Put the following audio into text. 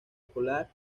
escolar